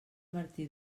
martí